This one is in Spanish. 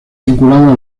vinculados